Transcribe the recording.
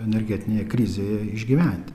energetinėje krizėje išgyventi